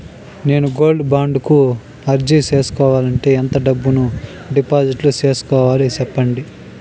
నేను gold bond కు అర్జీ సేసుకోవాలంటే ఎంత డబ్బును డిపాజిట్లు సేసుకోవాలి సెప్పండి